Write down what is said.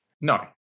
No